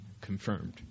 confirmed